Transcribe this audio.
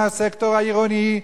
הסקטור העירוני,